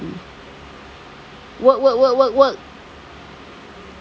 work work work work work